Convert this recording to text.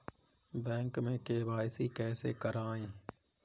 Bank में KYC कैसे करायें?